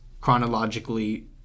chronologically